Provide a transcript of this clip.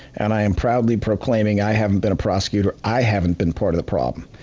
and i am proudly proclaiming, i haven't been a prosecutor, i haven't been part of the problem.